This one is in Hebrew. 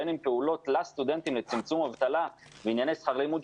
בין אם בפעולות לסטודנטים לצמצום אבטלה וענייני שכר לימוד,